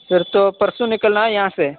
پھر تو پرسو نکلنا ہے یہاں سے